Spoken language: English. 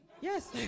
Yes